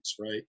right